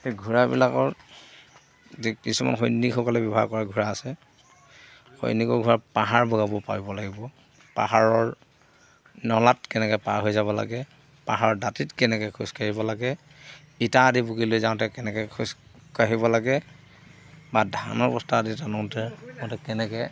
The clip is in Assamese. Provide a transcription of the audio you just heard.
সেই ঘোঁৰাবিলাকৰ যি কিছুমান সৈনিকসকলে ব্যৱহাৰ কৰে ঘোঁৰা আছে সৈনিকৰ ঘোঁৰা পাহাৰ বগাব পাৰিব লাগিব পাহাৰৰ নলাত কেনেকৈ পাৰ হৈ যাব লাগে পাহাৰৰ দাঁতিত কেনেকৈ খোজ কাঢ়িব লাগে ইটা আদি বুকি লৈ যাওঁতে কেনেকৈ খোজ কাঢ়িব লাগে বা ধানৰ বস্তা আদি টানোতে মতে কেনেকৈ